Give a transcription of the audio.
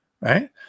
Right